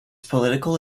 political